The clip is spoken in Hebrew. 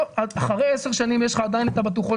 אחרי עשר שנים יש לך עדיין את הבטוחות